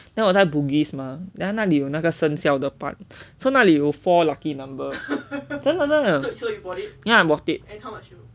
then 我在 bugis mah then 那里有那个生肖的板 so 那里有 four lucky number 真的真的 then I bought it